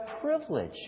privilege